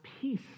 peace